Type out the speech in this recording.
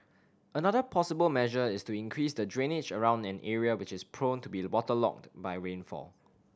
another possible measure is to increase the drainage around an area which is prone to be waterlogged by rainfall